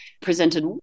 presented